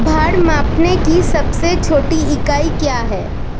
भार मापने की सबसे छोटी इकाई क्या है?